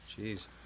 Jeez